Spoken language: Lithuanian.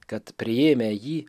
kad priėmę jį